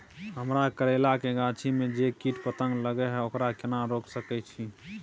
हमरा करैला के गाछी में जै कीट पतंग लगे हैं ओकरा केना रोक सके छी?